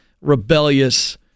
rebellious